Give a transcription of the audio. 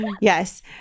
Yes